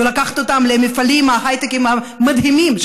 ולקחת אותם למפעלי ההייטק המדהימים,